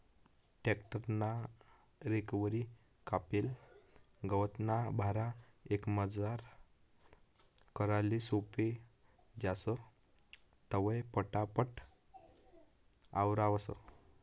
tractor ना रेकवरी कापेल गवतना भारा एकमजार कराले सोपं जास, तवंय पटापट आवरावंस